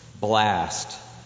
blast